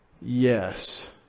Yes